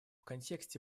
контексте